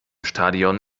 stadion